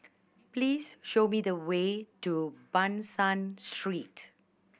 please show me the way to Ban San Street